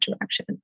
direction